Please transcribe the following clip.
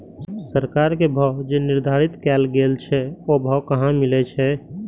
सरकार के भाव जे निर्धारित कायल गेल छै ओ भाव कहाँ मिले छै?